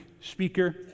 speaker